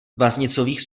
vaznicových